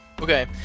Okay